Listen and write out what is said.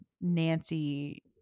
Nancy